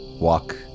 walk